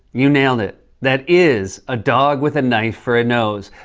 you nailed it. that is a dog with a knife for a nose.